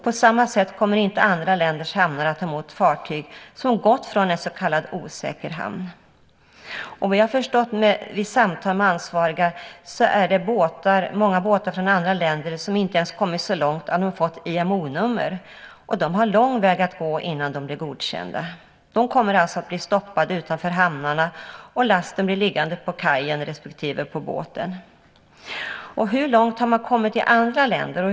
På samma sätt kommer inte andra länders hamnar att ta emot fartyg som gått från en så kallad osäker hamn. Vad jag har förstått vid samtal med ansvariga är det många båtar från andra länder som inte ens kommit så långt att de fått IMO-nummer. De har en lång väg att gå innan de blir godkända. De kommer alltså att bli stoppade utanför hamnarna, och lasten blir liggande på kajen respektive på båten. Hur långt har man kommit i andra länder?